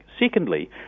Secondly